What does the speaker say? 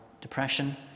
depression